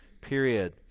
period